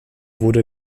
wurde